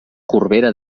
corbera